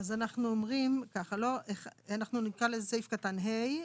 אנחנו נקרא לזה סעיף קטן (ה).